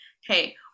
Hey